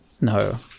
No